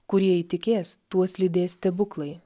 kurie įtikės tuos lydės stebuklai